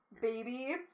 baby